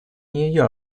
нью